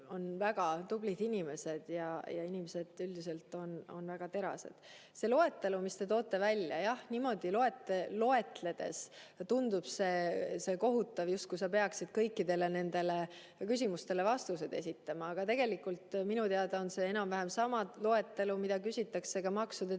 on väga tublid inimesed ja inimesed üldiselt on väga terased. See loetelu, mis te välja toote – jah, niimoodi loetledes tundub see kohutav, justkui sa peaksid kõikidele nendele küsimustele vastused esitama, aga tegelikult minu teada on see enam-vähem sama loetelu, mida küsitakse maksude